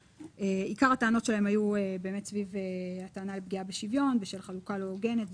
עיקר הטענות שלהן היו סביב הפגיעה בשוויון בשל חלוקה לא הוגנת,